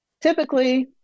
Typically